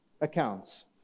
accounts